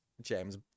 James